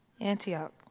antioch